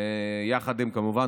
כמובן,